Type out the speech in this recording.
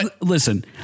listen